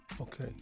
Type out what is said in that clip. Okay